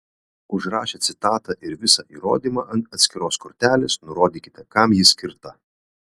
užrašę citatą ir visą įrodymą ant atskiros kortelės nurodykite kam ji skirta